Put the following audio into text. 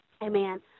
Amen